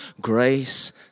grace